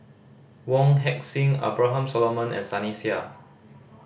Wong Heck Sing Abraham Solomon and Sunny Sia